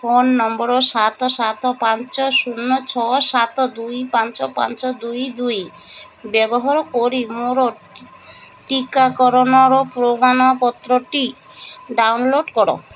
phone number ସାତ ସାତ ପାଞ୍ଚ ଶୂନ ଛଅ ସାତ ଦୁଇ ପାଞ୍ଚ ପାଞ୍ଚ ଦୁଇ ଦୁଇ ବ୍ୟବହାର କରି ମୋର ଟିକାକରଣର ପ୍ରମାଣପତ୍ରଟି ଡାଉନଲୋଡ଼୍ କର